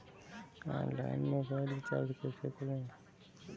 Online mobile recharge कैसे करें?